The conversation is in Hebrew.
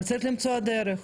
אבל צריך למצוא את הדרך,